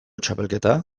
txapelketa